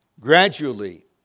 Gradually